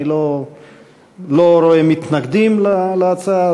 אני לא רואה מתנגדים להצעה,